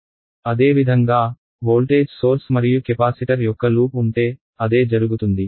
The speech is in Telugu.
అదేవిధంగా వోల్టేజ్ సోర్స్ మరియు కెపాసిటర్ యొక్క లూప్ ఉంటే అదే జరుగుతుంది